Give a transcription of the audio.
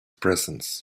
presence